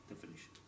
definition